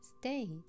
state